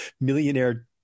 millionaire